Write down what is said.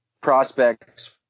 prospects